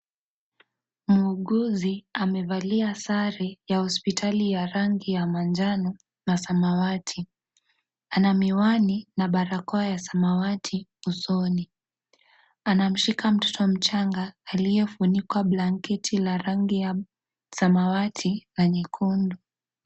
Muuguzi amevalia sare ya hosiptali ya rangi ya manjano na samawati Ana miwani na barakoa ya samawati usoni anamshika mtoto mchanga aliyefunikwa blanketi ya samawati na nyekundu.